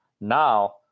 Now